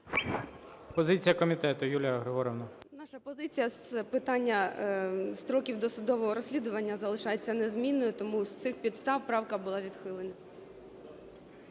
Позиція комітету, Юлія Григорівна. 17:03:44 ЯЦИК Ю.Г. Наша позиція з питання строків досудового розслідування залишається незмінною, тому з цих підстав правка була відхилена.